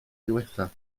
diwethaf